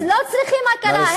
והם לא צריכים הכרה.